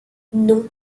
non